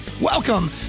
Welcome